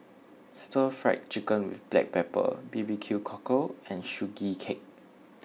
Stir Fried Chicken with Black Pepper B B Q Cockle and Sugee Cake